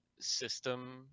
System